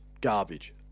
garbage